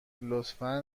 لطفا